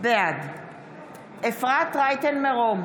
בעד אפרת רייטן מרום,